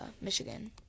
Michigan